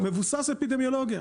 מבוסס אפידמיולוגיה.